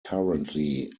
currently